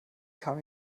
kam